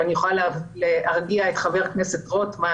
אני יכולה להרגיע את חבר הכנסת רוטמן,